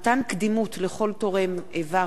(מתן קדימות לכל תורם אבר מן החי),